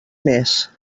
més